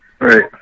right